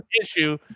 issue